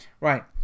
Right